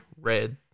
red